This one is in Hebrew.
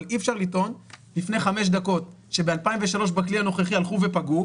אבל אי אפשר לטעון לפני חמש דקות שב-2003 בכלי הנוכחי הלכו ופגעו